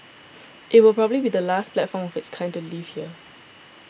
it will probably be the last platform of its kind to leave here